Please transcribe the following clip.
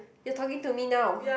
you're talking to me now